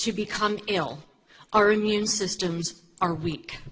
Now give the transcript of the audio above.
to become ill our immune systems are weak